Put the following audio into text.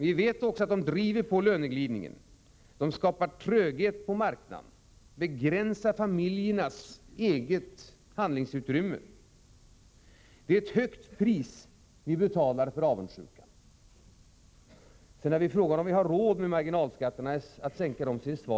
Vi vet också att de driver på löneglidningen, skapar tröghet på marknaderna och begränsar familjernas eget handlingsutrymme. Det är ett högt pris vi betalar för avundsjukan. På frågan om vi har råd att sänka marginalskatterna är svaret ja. Vi helt enkelt måste.